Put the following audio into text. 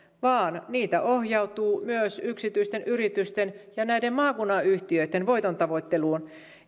vaan niitä ohjautuu myös yksityisten yritysten ja näiden maakunnan yhtiöitten voitontavoitteluun